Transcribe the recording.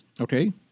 Okay